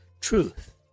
truth